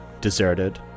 deserted